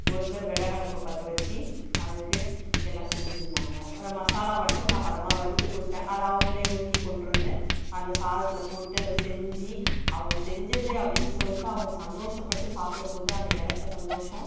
ஒருத்தர் விறகடுப்பை பற்ற வச்சு அதுக்கு எல்லா செஞ்சுட்ருந்தாங்க மசாலா மட்டும் நான் பதமாக வறுத்து கொடுத்தேன் அதை அவங்களே நுணுக்கி கொண்ட்டு வந்து அந்த சாதத்தில் போட்டு அதை செஞ்சு அவங்க செஞ்சது அப்படினு சொல்லிட்டு அவங்க சந்தோஷப்பட்டு சாப்பிடும்போது அந்த கிடச்ச சந்தோஷம்